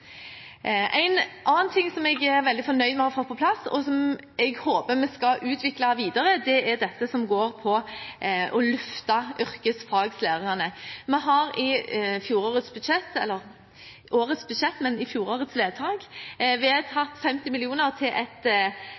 En annen ting som jeg er veldig fornøyd med å ha fått på plass, og som jeg håper vi skal utvikle videre, er dette som handler om å løfte yrkesfaglærerne. Vi har i årets budsjett – men fjorårets vedtak – vedtatt 50 mill. kr til et